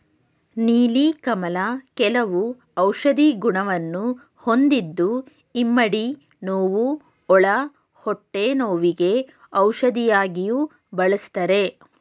ನೀಲಿ ಕಮಲ ಕೆಲವು ಔಷಧಿ ಗುಣವನ್ನು ಹೊಂದಿದ್ದು ಇಮ್ಮಡಿ ನೋವು, ಒಳ ಹೊಟ್ಟೆ ನೋವಿಗೆ ಔಷಧಿಯಾಗಿಯೂ ಬಳ್ಸತ್ತರೆ